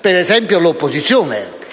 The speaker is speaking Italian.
per esempio dall'opposizione.